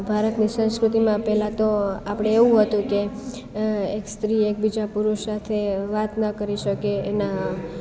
ભારતની સંસ્કૃતિમાં પહેલા તો આપણે એવું હતું કે એક સ્ત્રી એકબીજા પુરુષ સાથે વાત ના કરી શકે એના